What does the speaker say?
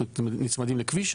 אנחנו נצמדים לכביש,